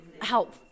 help